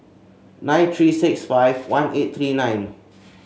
nine three six five one eight three nine